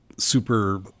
super